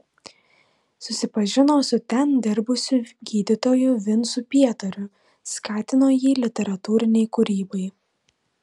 susipažino su ten dirbusiu gydytoju vincu pietariu skatino jį literatūrinei kūrybai